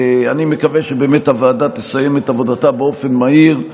אני מקווה שבאמת הוועדה תסיים את עבודתה באופן מהיר,